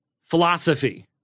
philosophy